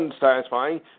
unsatisfying